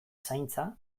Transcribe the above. zaintza